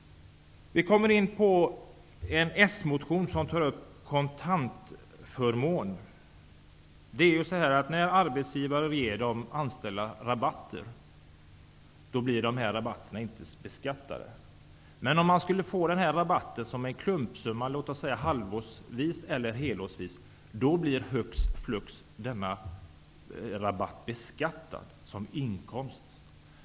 Jag kommer nu in på en socialdemokratisk motion om kontantförmåner. När arbetsgivare ger de anställda rabatter blir dessa inte beskattade, men om rabatten ges som en klumpsumma, halvårsvis eller helårsvis, blir den hux flux beskattad som inkomst.